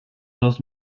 los